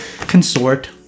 Consort